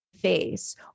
face